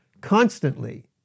constantly